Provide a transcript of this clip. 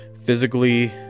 physically